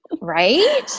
right